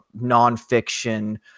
nonfiction